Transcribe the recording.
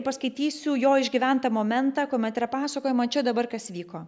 paskaitysiu jo išgyventą momentą kuomet yra pasakojama čia dabar kas vyko